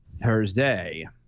Thursday